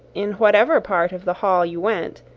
in whatever part of the hall you went,